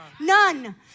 None